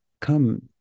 come